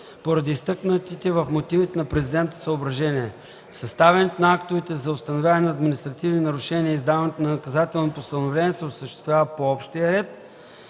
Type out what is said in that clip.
поради изтъкнатите в мотивите на Президента съображения. Съставянето на актове за установяване на административни нарушения и издаването на наказателни постановления се осъществява по общия ред,